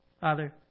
Father